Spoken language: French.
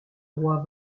roi